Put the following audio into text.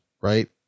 right